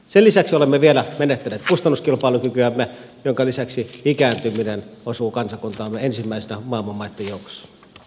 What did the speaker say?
sen lisäksi olemme vielä menettäneet kustannuskilpailukykyämme minkä lisäksi ikääntyminen osuu kansakuntaamme ensimmäisinä maailman maitten joukossa